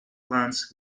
plants